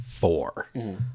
Four